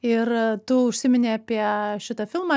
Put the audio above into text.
ir tu užsiminei apie šitą filmą